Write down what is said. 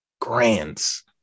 grants